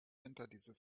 winterdiesel